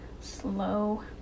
slow